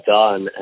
done